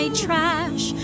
trash